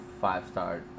five-star